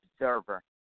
observer